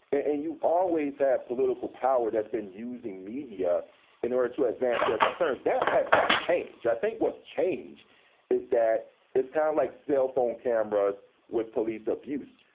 and you always have political power that's been using media in order to advance their concerns. that has not changed. i think what's changed is that it's kind of like cell phone cameras with police abuse.